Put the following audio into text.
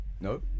No